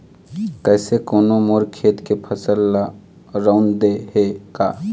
कइसे कोनो मोर खेत के फसल ल रंउद दे हे का?